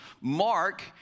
Mark